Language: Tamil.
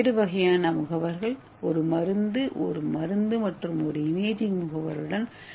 பல்வேறு வகையான முகவர்கள் ஒரு மருந்து ஒரு மருந்து மற்றும் ஒரு இமேஜிங் முகவருடன்